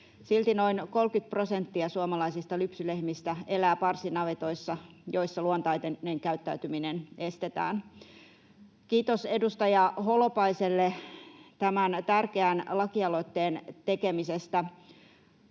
Silti noin 30 prosenttia suomalaisista lypsylehmistä elää parsinavetoissa, joissa luontainen käyttäytyminen estetään. Kiitos edustaja Holopaiselle tämän tärkeän lakialoitteen tekemisestä.